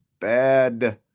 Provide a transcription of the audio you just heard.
Bad